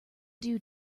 due